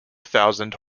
thousand